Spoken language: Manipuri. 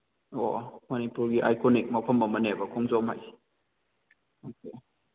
ꯑꯣ ꯑꯣ ꯃꯅꯤꯄꯨꯔꯒꯤ ꯑꯥꯏꯀꯣꯅꯤꯛ ꯃꯐꯝ ꯑꯃꯅꯦꯕ ꯈꯣꯡꯖꯣꯝ ꯍꯥꯏꯁꯦ ꯑꯣꯀꯦ